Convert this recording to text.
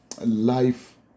life